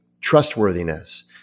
trustworthiness